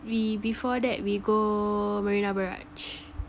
we before that we go Marina Barrage